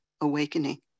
awakening